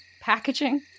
packaging